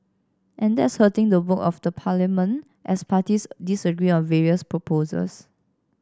and that's hurting the work of the parliament as parties disagree on various proposals